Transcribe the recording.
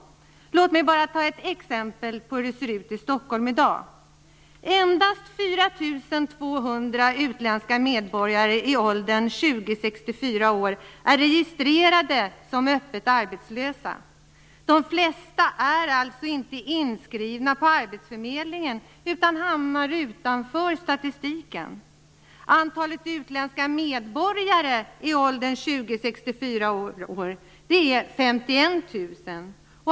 Låt mig bara ta ett exempel på hur det ser ut i Stockholm i dag: 64 år är registrerade som öppet arbetslösa. De flesta är alltså inte inskrivna på arbetsförmedlingen utan hamnar utanför statistiken. Antalet utländska medborgare i åldern 20-64 år är 51 000.